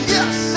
Yes